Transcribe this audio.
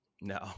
No